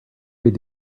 read